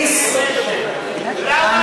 אני אצביע נגד.